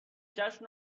جشن